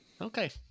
Okay